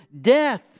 death